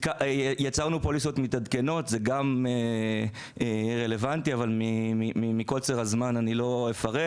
יצרנו פוליסות מתעדכנות זה רלוונטי אבל מקוצר הזמן אני לא אפרט